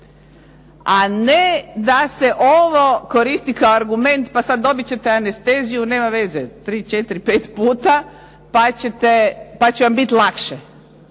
a ne da se ovo koristi kao argument, pa sad dobit ćete anesteziju, nema veze tri, četiri, pet puta, pa će vam biti lakše